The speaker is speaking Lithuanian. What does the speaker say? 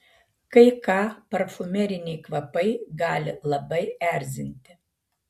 kai ką parfumeriniai kvapai gali labai erzinti